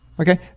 Okay